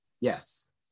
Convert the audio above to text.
yes